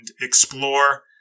explore